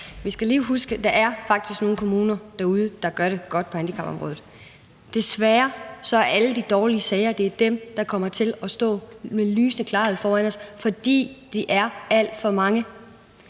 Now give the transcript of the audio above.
Vi skal lige huske én ting, nemlig at der faktisk er nogle kommuner derude, der gør det godt på handicapområdet. Desværre er det alle de dårlige sager, der kommer til at stå med lysende klarhed foran os, fordi det er alt for mange.